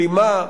כלימה,